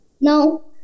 No